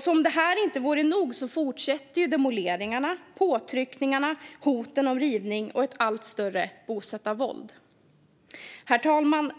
Som om det inte vore nog fortsätter demoleringarna, påtryckningarna, hoten om rivning och ett allt större bosättarvåld. Herr talman!